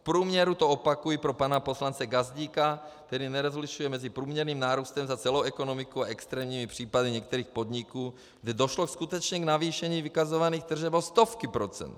V průměru, to opakuji pro pana poslance Gazdíka, který nerozlišuje mezi průměrným nárůstem za celou ekonomiku a extrémními případy některých podniků, kde došlo skutečně k navýšení vykazovaných tržeb o stovky procent.